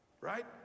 right